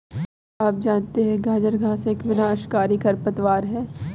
क्या आप जानते है गाजर घास एक विनाशकारी खरपतवार है?